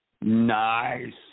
Nice